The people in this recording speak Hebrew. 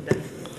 תודה.